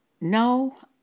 no